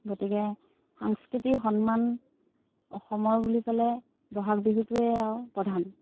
গতিকে সাংস্কৃতিক সন্মান অসমৰ বুলি ক'লে ব'হাগ বিহুটোৱে আৰু প্ৰধান